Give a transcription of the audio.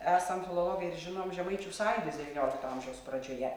esam filologai ir žinom žemaičių sąjūdis devyniolikto amžiaus pradžioje